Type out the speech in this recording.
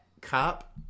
cop